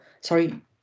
sorry